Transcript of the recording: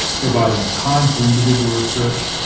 providing time for individual research,